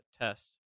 test